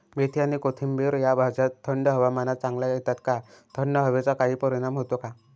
मेथी आणि कोथिंबिर या भाज्या थंड हवामानात चांगल्या येतात का? थंड हवेचा काही परिणाम होतो का?